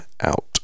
out